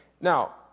Now